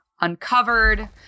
uncovered